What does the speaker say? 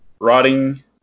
Rotting